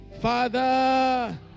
Father